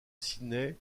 sydney